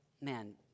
man